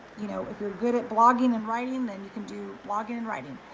you know, if you're good at blogging and writing, then you can do blogging and writing.